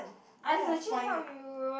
I legit help you